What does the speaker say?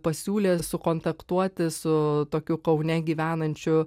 pasiūlė sukontaktuoti su tokiu kaune gyvenančiu